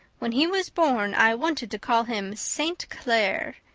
when he was born i wanted to call him st. clair.